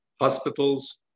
hospitals